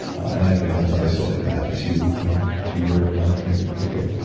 and i've been able to isolate that to to your lion's mane in particular.